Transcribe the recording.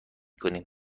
کنیم